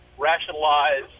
rationalize